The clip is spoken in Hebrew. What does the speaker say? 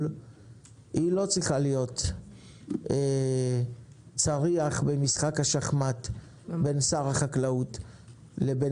לא צריכה להיות צריח במשחק השחמט בין שר החקלאות לבין